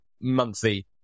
monthly